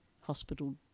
hospital